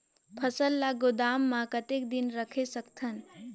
फसल ला गोदाम मां कतेक दिन रखे सकथन?